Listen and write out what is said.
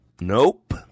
nope